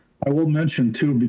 i will mention too,